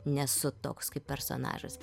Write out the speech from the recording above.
nesu toks kaip personažas